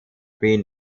been